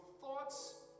thoughts